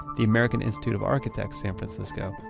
the american institute of architects san francisco,